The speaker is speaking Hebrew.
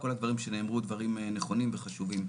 כל הדברים שנאמרו הם דברים נכונים וחשובים.